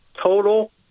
total